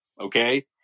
Okay